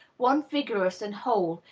one vigorous and whole,